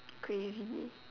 crazy